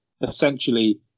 essentially